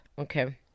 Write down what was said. Okay